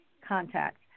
contact